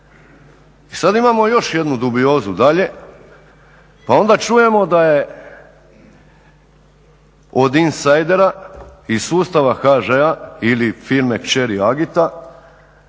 I sada imamo još jednu dubiozu dalje, pa onda čujemo da je od insidera iz sustava HŽ-a ili firme kćeri Agit-a